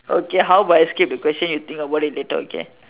okay how about I skip the question you think about it later okay